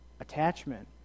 attachment